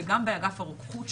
וגם באגף הרוקחות,